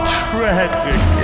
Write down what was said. tragic